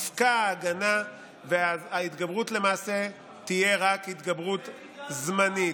תפקע ההגנה וההתגברות למעשה תהיה רק התגברות זמנית.